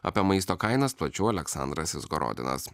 apie maisto kainas plačiau aleksandras izgorodinas